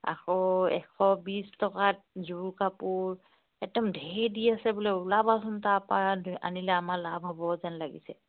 আকৌ এশ বিছ টকাত যোৰ কাপোৰ একদম ঢেৰ দি আছে বোলে ওলাাবচোন তাৰপৰা আনিলে আমাৰ লাভ হ'ব যেন লাগিছে